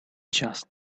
just